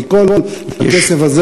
כי כל הכסף הזה,